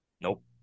nope